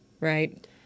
right